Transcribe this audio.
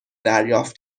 دریافت